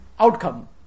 Outcome